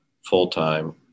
full-time